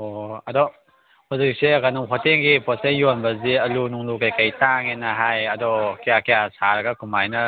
ꯑꯣ ꯑꯗꯣ ꯍꯧꯖꯤꯛꯁꯦ ꯀꯩꯅꯣ ꯍꯣꯇꯦꯜꯒꯤ ꯄꯣꯠ ꯆꯩ ꯌꯣꯟꯕꯁꯤ ꯑꯜꯂꯨ ꯅꯨꯡꯂꯨ ꯀꯩꯀꯩ ꯇꯥꯡꯉꯦꯅ ꯍꯥꯏ ꯑꯗꯣ ꯀꯌꯥ ꯀꯌꯥ ꯁꯥꯔꯒ ꯀꯃꯥꯏꯅ